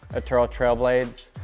ah trail trail blades,